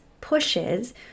pushes